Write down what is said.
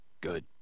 Good